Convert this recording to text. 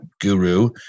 guru